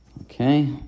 Okay